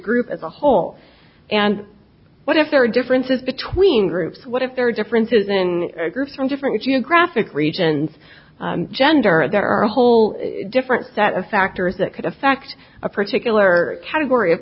group as a whole and what if there are differences between groups what if there are differences in groups from different geographic regions gender and there are a whole different set of factors that could affect a particular category of